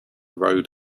road